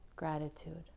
gratitude